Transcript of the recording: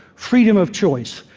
freedom of choice,